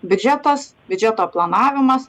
biudžetas biudžeto planavimas